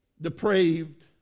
depraved